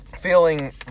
feeling